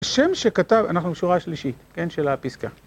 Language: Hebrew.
השם שכתב אנחנו בשורה השלישית, כן, של הפיסקה